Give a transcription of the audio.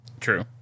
True